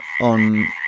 on